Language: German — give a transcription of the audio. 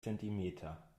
zentimeter